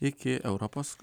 iki europos